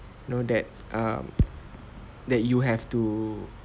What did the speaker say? you know that um that you have to